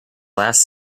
last